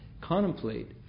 contemplate